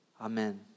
amen